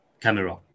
camera